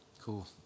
cool